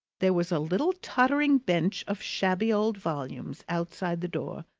there was a little tottering bench of shabby old volumes outside the door,